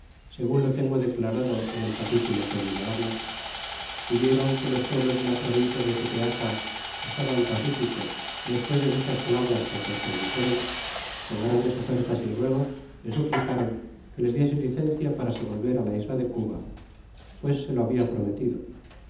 segun lo tengo declarado en el capitulo que dello habla y vieron que los pueblos de la provincia de tepeaca estaban pacíficos despues de muchas palabras que á cortes dixéron con grandes ofertas y ruegos le suplicaron que les diese licencia para se volver át la isla de cuba pues se lo habia prometido